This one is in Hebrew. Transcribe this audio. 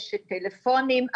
יש טלפונים,